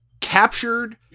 captured